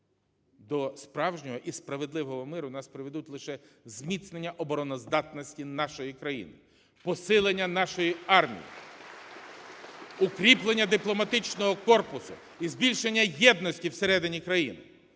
До справжнього і справедливого миру нас приведуть лише зміцнення обороноздатності нашої країни, посилення нашої армії, укріплення дипломатичного корпусу і збільшення єдності всередині країни.